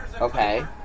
okay